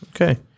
Okay